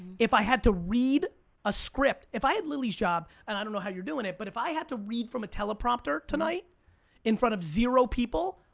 if i had to read a script. if i had lily's job, and i don't know how you're doing it, but if i had to read from a teleprompter tonight in front of zero people,